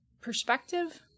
perspective